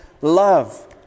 love